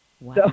Wow